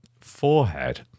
forehead